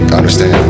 understand